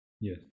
Yes